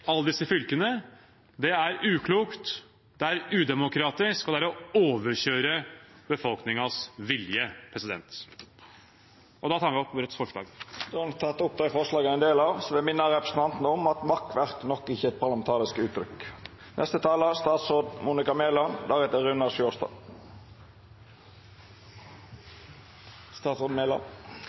alle disse fylkene. Det er uklokt, det er udemokratisk, og det er å overkjøre befolkningens vilje. Jeg tar opp Rødts forslag. Representanten Bjørnar Moxnes har teke opp dei forslaga han refererte til. Så vil presidenten minna representanten om at «makkverk» nok ikkje er eit parlamentarisk uttrykk.